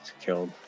killed